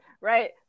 right